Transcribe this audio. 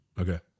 Okay